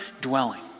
dwelling